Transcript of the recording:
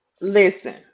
listen